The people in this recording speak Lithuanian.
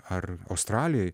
ar australijoj